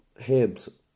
Hibs